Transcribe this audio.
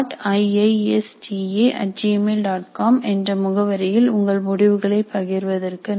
com என்ற முகவரியில் உங்கள் முடிவுகளை பகிர்வதற்கு நன்றி